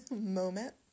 moment